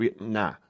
Nah